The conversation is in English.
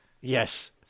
Yes